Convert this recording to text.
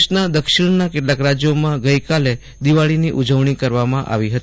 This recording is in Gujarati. દેશના દક્ષિણના કેટલાક રાજ્યોમાં ગઈકાલે દિવાળીની ઉજવણી કરવામાં આવી હતી